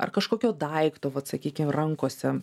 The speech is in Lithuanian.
ar kažkokio daikto vat sakykim rankose